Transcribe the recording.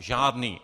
Žádný.